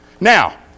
Now